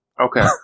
Okay